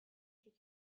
she